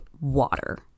Water